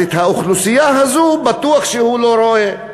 אז את האוכלוסייה הזאת בטוח שהוא לא רואה.